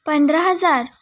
पंधरा हजार